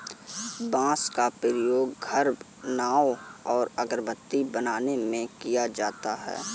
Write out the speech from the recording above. बांस का प्रयोग घर, नाव और अगरबत्ती बनाने में किया जाता है